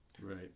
Right